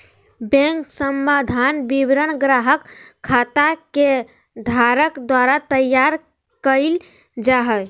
bank समाधान विवरण ग्राहक खाता के धारक द्वारा तैयार कइल जा हइ